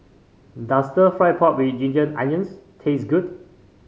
does stir fry pork with Ginger Onions taste good